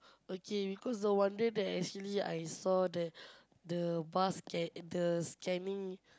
okay because the one day that I actually I saw the the bus can the scanning